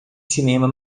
cinema